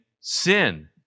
sin